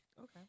Okay